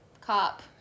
cop